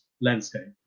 landscape